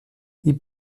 ils